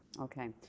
Okay